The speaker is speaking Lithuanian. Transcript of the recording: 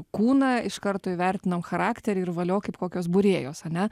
kūną iš karto įvertinom charakterį ir valio kaip kokios būrėjos ane